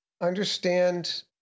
understand